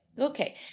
Okay